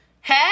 Hey